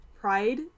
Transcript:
Pride